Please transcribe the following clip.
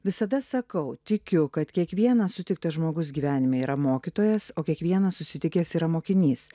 visada sakau tikiu kad kiekvienas sutiktas žmogus gyvenime yra mokytojas o kiekvienas susitikęs yra mokinys